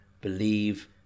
believe